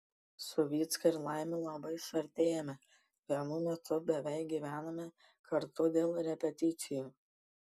su vycka ir laimiu labai suartėjome vienu metu beveik gyvenome kartu dėl repeticijų